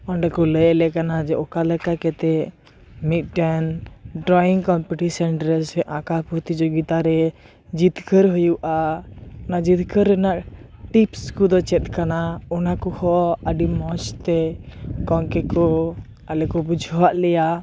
ᱚᱸᱰᱮᱠᱚ ᱞᱟᱹᱭ ᱟᱞᱮ ᱠᱟᱱᱟ ᱚᱠᱟ ᱞᱮᱠᱟ ᱠᱟᱛᱮᱜ ᱢᱤᱫᱴᱮᱱ ᱰᱨᱚᱭᱤᱝ ᱠᱚᱢᱯᱤᱴᱤᱥᱮᱱ ᱨᱮ ᱥᱮ ᱟᱸᱠᱟᱣ ᱯᱨᱚᱛᱤ ᱡᱳᱜᱤᱛᱟ ᱨᱮ ᱡᱤᱛᱠᱟᱹᱨ ᱦᱩᱭᱩᱜᱼᱟ ᱚᱱᱟ ᱡᱤᱛᱠᱟᱹ ᱨᱮᱱᱟᱜ ᱴᱤᱯᱥ ᱠᱚᱫᱚ ᱪᱮᱫ ᱠᱟᱱᱟ ᱚᱱᱟ ᱠᱚᱦᱚᱸ ᱟᱹᱰᱤ ᱢᱚᱡᱽ ᱛᱮ ᱜᱚᱢᱠᱮ ᱠᱚ ᱟᱞᱮ ᱠᱚ ᱵᱩᱡᱷᱟᱹᱣᱟᱜ ᱞᱮᱭᱟ